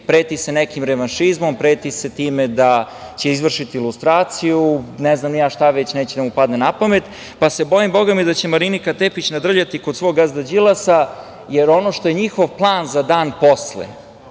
preti se nekim revanšizmom, preti se time da će izvršiti lustraciju, ne znam ni ja šta već neće da mu padne na pamet, pa se bojim, bogami, da će Marinika Tepić nadrljati kod svog gazda Đilasa, jer ono što je njihov plan za dan posle,